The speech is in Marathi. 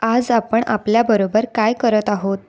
आज आपण आपल्याबरोबर काय करत आहोत